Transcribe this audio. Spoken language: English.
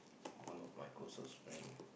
one of my closest friend